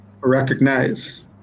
recognize